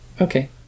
Okay